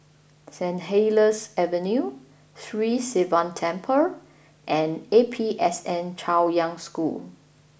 Saint Helier's Avenue Sri Sivan Temple and A P S N Chaoyang School